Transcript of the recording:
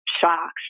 shocks